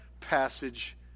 passage